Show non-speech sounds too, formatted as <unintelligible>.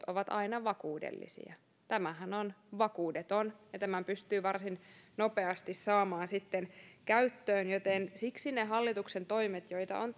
<unintelligible> ovat aina vakuudellisia tämähän on vakuudeton ja tämän pystyy varsin nopeasti saamaan käyttöön ne hallituksen toimet joita on <unintelligible>